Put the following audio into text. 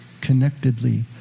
connectedly